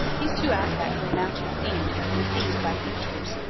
these two aspects of mountain scenery have been seized by painters,